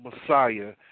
Messiah